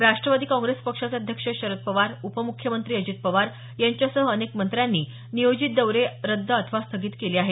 राष्ट्रवादी काँग्रेस पक्षाचे अध्यक्ष शरद पवार उपम्ख्यमंत्री अजित पवार यांच्यासह अनेक मंत्र्यांनी नियोजित दौरे रद्द अथवा स्थगित केले आहेत